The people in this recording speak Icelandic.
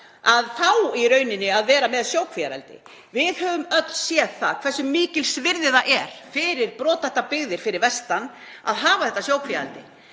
að fá í rauninni að vera með sjókvíaeldi? Við höfum öll séð hversu mikils virði það er fyrir brothættar byggðir fyrir vestan að hafa þetta sjókvíaeldi.